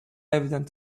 evident